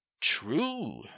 True